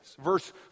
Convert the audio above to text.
Verse